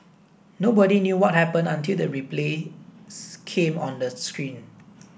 nobody knew what happened until the replays came on the screen